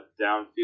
downfield